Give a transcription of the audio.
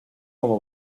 como